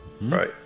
Right